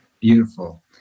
Beautiful